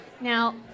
Now